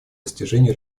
достижению